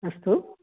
अस्तु